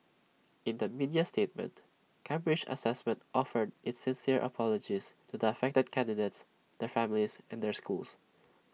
in A media statement Cambridge Assessment offered its sincere apologies to the affected candidates their families and their schools